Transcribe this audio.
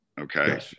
Okay